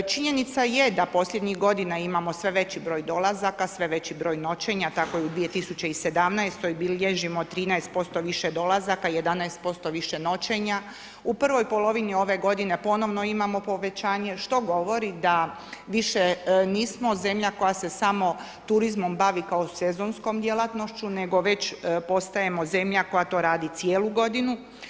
Činjenica je da posljednjih godina imamo sve veći broj dolazaka, sve veći broj noćenja tako i u 2017. bilježimo 13% više dolazaka, 11% više noćenja, u prvoj polovini ove godine ponovno imamo povećanje, što govori da više nismo zemlja koja se samo turizmom bavi kao sezonskom djelatnošću, već postajemo zemlja koja to radi cijelu godinu.